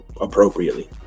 appropriately